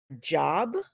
job